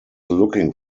looking